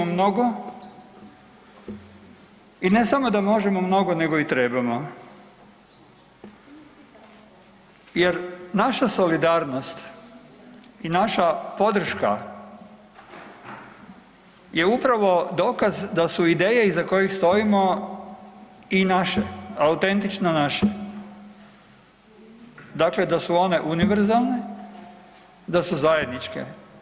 Možemo mnogo i ne samo da možemo mnogo nego i trebamo jer naša solidarnost i naša podrška je upravo dokaz da su ideje iza kojih stojimo i naše, autentično naše, dakle da su one univerzalne, da su zajedničke.